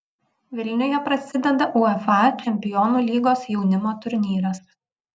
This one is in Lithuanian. vilniuje prasideda uefa čempionų lygos jaunimo turnyras